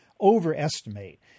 overestimate